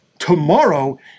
Tomorrow